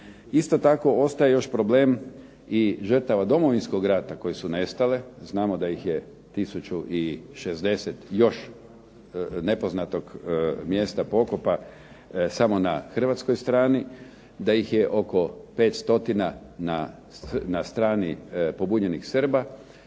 Isto tako ostaje još problem i žrtava Domovinskog rata koje su nestale. Znamo da ih je 1060 još nepoznatog mjesta pokopa samo na hrvatskoj strani, da ih je oko 500 na strani pobunjenih Srba.